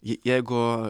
ji jeigu